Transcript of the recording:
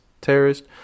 terrorist